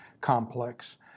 complex